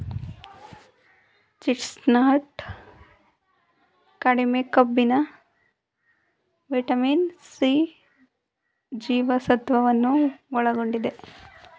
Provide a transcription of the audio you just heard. chestnut ಕಡಿಮೆ ಕೊಬ್ಬಿನ vitamin C ಜೀವಸತ್ವವನ್ನು ಒಳಗೊಂಡಿದೆ